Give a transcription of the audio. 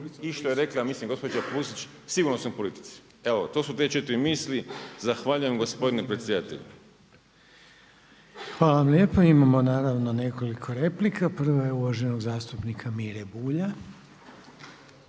i što je rekla mislim gospođa Pusić, sigurnosnoj politici. Evo to su te četiri misli, zahvaljujem gospodine predsjedatelju. **Reiner, Željko (HDZ)** Hvala vam lijepa. Imamo naravno nekoliko replika. Prva je uvaženog zastupnika Mire Bulja.